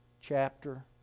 chapter